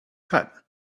cut